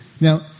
Now